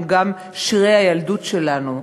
הם גם שירי הילדות שלנו,